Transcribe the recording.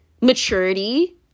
maturity